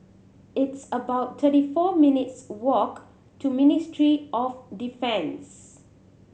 it's about thirty four minutes' walk to Ministry of Defence